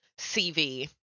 CV